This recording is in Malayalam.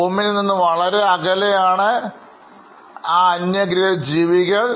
ഭൂമിയിൽ നിന്നും വളരെ അകലെയാണ് ആ അന്യഗ്രഹ ജീവികൾ